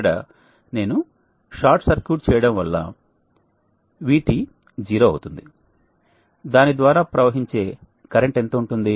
ఇక్కడ నేను short circuit చేయడం వలన vT 0 అవుతుంది దాని ద్వారా ప్రవహించే కరెంట్ ఎంత ఉంటుంది